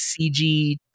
CG